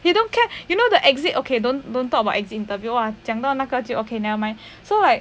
you don't care you know the exit okay don't don't talk about exit interviewer !wah! 讲到那个就 okay never mind so like